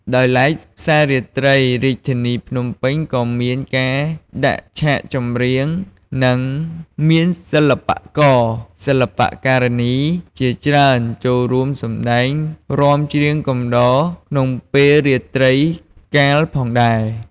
ដោយឡែកផ្សាររាត្រីរាជធានីភ្នំពេញក៏មានការដាក់ឆាកចម្រៀង និងមានសិល្បករ សិល្បការិនីជាច្រើនចូលរួមសម្តែងរាំច្រៀងកំដរក្នុងពេលរាត្រីកាលផងដែរ។